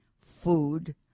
food